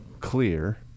clear